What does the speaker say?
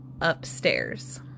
upstairs